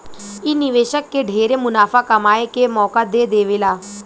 इ निवेशक के ढेरे मुनाफा कमाए के मौका दे देवेला